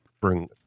bring